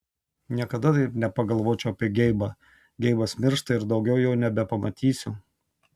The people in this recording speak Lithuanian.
niekada taip nepagalvočiau apie geibą geibas miršta ir daugiau jo nebematysiu